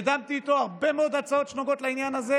קידמתי איתו הרבה מאוד הצעות שנוגעות לעניין הזה,